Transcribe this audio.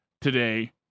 today